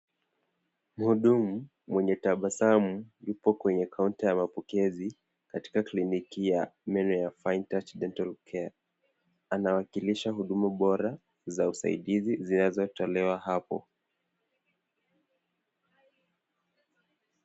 Mhudumu mwenye tabasamu yupo kwenye kaunta ya mapokezi katika kliniki ya meno ya finetouch dental care, anawakilisha huduma bora za usaidizi zinazotolewa hapo.